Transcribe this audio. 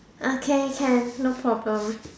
okay can no problem